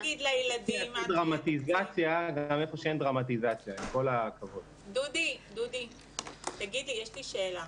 יש לי שאלה.